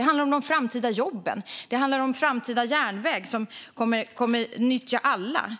Det handlar om de framtida jobben, och det handlar om framtida järnvägar som kommer till nytta för alla.